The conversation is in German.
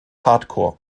hardcore